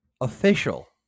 official